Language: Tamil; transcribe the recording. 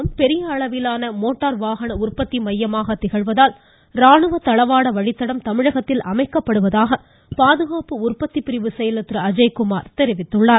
தமிழகம் பெரிய அளவிலான மோட்டார் வாகன உற்பத்தி மையமாக திகழ்வதால் ராணுவ தளவாட வழித்தடம் தமிழகத்தில் அமைக்கப்படுவதாக பாதுகாப்பு உற்பத்தி பிரிவு செயலர் திரு அஜய் குமார் தெரிவித்துள்ளார்